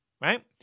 Right